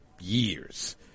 years